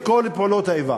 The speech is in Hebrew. את כל פעולות האיבה